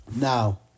Now